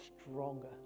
stronger